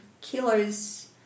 kilos